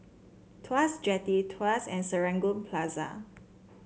Tuas Jetty Tuas and Serangoon Plaza